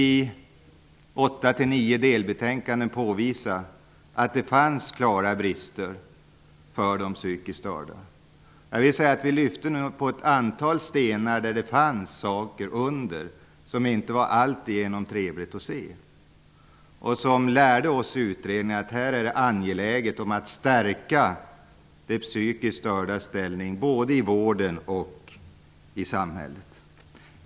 I åtta nio delbetänkanden kunde vi påvisa att det fanns klara brister för de psykiskt störda. Vi lyfte på ett antal stenar som det fanns saker under som det inte var alltigenom trevligt att se. Det lärde oss i utredningen att det var angeläget att stärka de psykiskt stördas ställning, både i vården och i samhället.